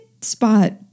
spot